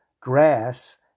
grass